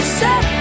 set